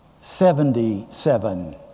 Seventy-seven